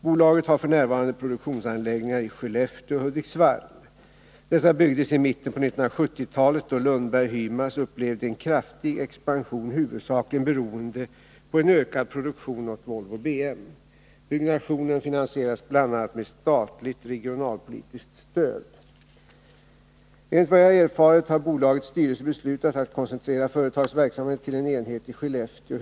Bolaget har f. n. produktionsanläggningar i Skellefteå och Hudiksvall. Dessa byggdes i mitten på 1970-talet då Lundberg Hymas upplevde en kraftig expansion, huvudsakligen beroende på en ökande produktion åt Volvo BM. Byggnationen finansierades bl.a. med statligt regionalpolitiskt stöd. Enligt vad jag erfarit har bolagets styrelse beslutat att koncentrera företagets verksamhet till en enhet i Skellefteå.